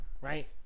right